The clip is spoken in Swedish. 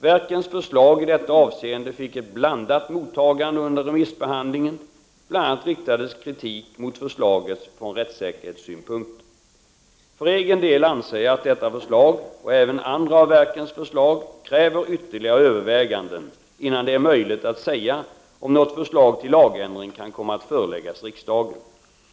Verkens förslag i detta avseende fick ett blandat mottagande under remissbehandlingen, bl.a. riktades kritik mot förslaget från rättssäkerhetssynpunkter. För egen del anser jag att detta förslag — och även andra av verkens förslag — kräver ytterligare överväganden, innan det är möjligt att säga om något förslag till lagändring kan komma att föreläggas riksdagen.